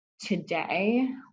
today